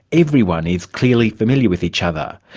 everyone is clearly familiar with each other.